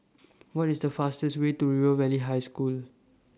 What IS The fastest Way to River Valley High School